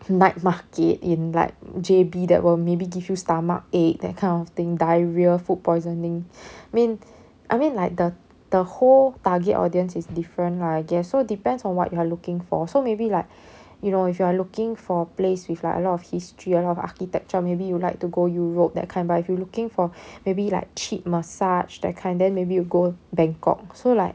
night market in like J_B that will maybe give you stomachache that kind of thing diarrhoea food poisoning mean I mean like the the whole target audience is different lah I guess so depends on what you are looking for so maybe like you know if you are looking for a place with like a lot of history a lot of architecture maybe you would like to go europe that kind but if you are looking for maybe like cheap massage that kind then maybe you go bangkok so like